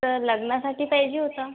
तर लग्नासाठी पाहिजे होता